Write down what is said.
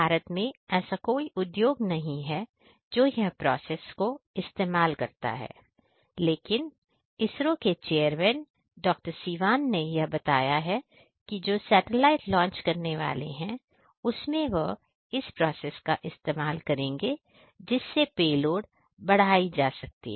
भारत में ऐसा कोई उद्योग नहीं है जो यह प्रोसेस को इस्तेमाल करता है लेकिन ISRO के चेयरमैन डॉक्टर सिवान ने यह बोला है कि जो सेटेलाइट लांच करने वाले हैं उसमें इस प्रोसेस का इस्तेमाल करेंगे जिससे पेलोड बढ़ाई आए है